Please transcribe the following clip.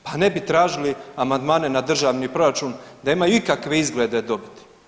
Pa ne bi tražili amandmane na državni proračun da imaju ikakve izglede dobiti.